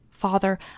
Father